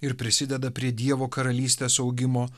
ir prisideda prie dievo karalystės augimo